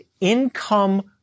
income